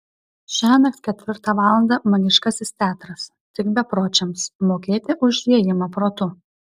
šiąnakt ketvirtą valandą magiškasis teatras tik bepročiams mokėti už įėjimą protu